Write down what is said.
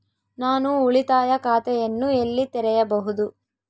ನಾನು ಉಳಿತಾಯ ಖಾತೆಯನ್ನು ಎಲ್ಲಿ ತೆರೆಯಬಹುದು?